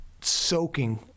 soaking